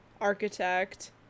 Architect